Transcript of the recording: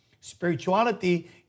Spirituality